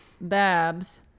Babs